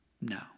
No